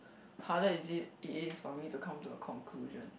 harder is it it is for me to come to a conclusion